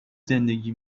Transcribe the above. زندگی